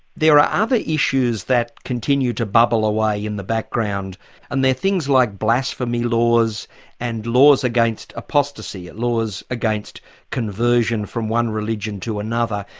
there are other issues that continue to bubble away in the background and they're things like blasphemy laws and laws against apostasy laws against conversion from one religion to another.